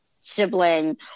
sibling